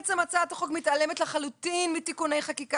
גם בעצם הצעת החוק מתעלמת לחלוטין מתיקוני חקיקה